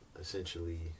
essentially